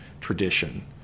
tradition